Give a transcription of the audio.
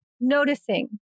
noticing